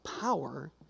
power